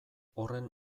horren